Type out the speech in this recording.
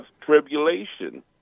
tribulation